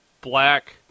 black